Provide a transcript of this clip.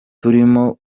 turimo